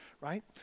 right